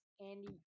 Andy